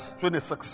26